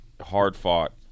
hard-fought